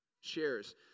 shares